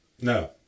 No